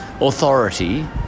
authority